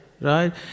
right